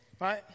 right